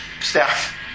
staff